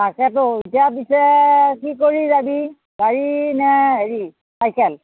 তাকেতো এতিয়া পিছে কি কৰি যাবি গাড়ী নে হেৰি চাইকেল